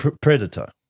Predator